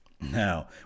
Now